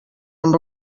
amb